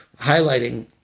highlighting